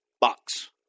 box